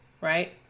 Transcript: right